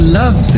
love